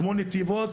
כמו נתיבות,